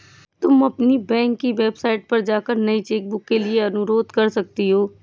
तुम अपनी बैंक की वेबसाइट पर जाकर नई चेकबुक के लिए अनुरोध कर सकती हो